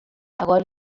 agora